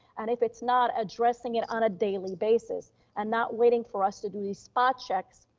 and if it's not addressing it on a daily basis and not waiting for us to do these spot checks,